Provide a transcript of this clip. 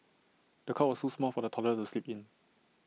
the cot was too small for the toddler to sleep in